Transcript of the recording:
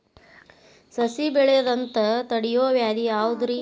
ಸಸಿ ಬೆಳೆಯದಂತ ತಡಿಯೋ ವ್ಯಾಧಿ ಯಾವುದು ರಿ?